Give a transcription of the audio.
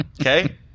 Okay